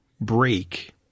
break